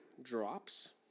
Drops